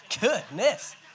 Goodness